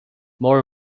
more